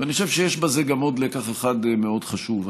ואני חושב שיש בזה עוד לקח אחד מאוד חשוב.